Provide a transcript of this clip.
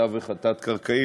בתווך התת-קרקעי,